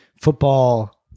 football